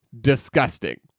Disgusting